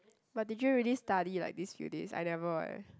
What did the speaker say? but did you really study like these few days I never eh